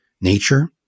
nature